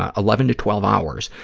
ah eleven to twelve hours,